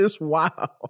wow